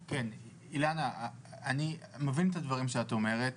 אילנה, אני מבין את מה שאת אומרת.